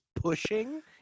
pushing